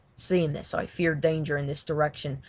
seeing this i feared danger in this direction,